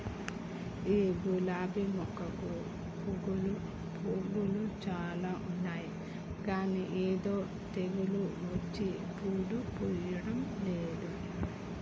ఈ గులాబీ మొక్కకు మొగ్గలు చాల ఉన్నాయి కానీ ఏదో తెగులు వచ్చి పూలు పూయడంలేదు